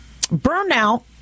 Burnout